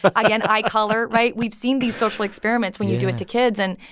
but again, eye color, right? we've seen these social experiments when you do it to kids. and